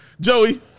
Joey